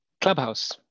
Clubhouse